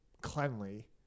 cleanly